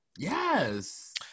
Yes